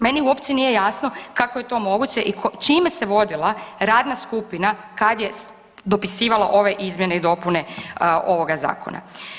Meni uopće nije jasno kako je to moguće i čime se vodila radna skupina kad je dopisivala ove izmjene i dopune ovoga zakona.